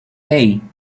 hey